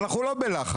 ואנחנו לא בלחץ.